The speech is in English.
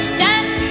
Stand